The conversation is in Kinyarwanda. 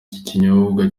kinyobwa